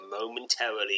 momentarily